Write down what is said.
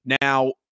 Now